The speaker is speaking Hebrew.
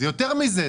יותר מזה,